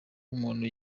umuntu